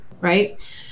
right